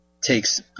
takes